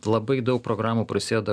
labai daug programų prasideda